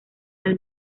del